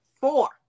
four